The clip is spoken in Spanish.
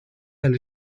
del